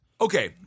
Okay